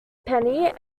penny